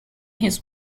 his